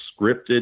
scripted